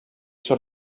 sur